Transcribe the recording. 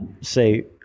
say